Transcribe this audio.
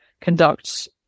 conduct